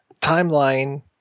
timeline